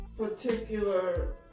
particular